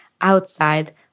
outside